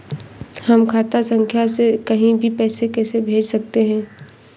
हम खाता संख्या से कहीं भी पैसे कैसे भेज सकते हैं?